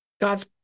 god's